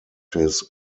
his